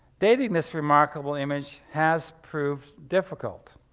dating this remarkable image has proved difficult.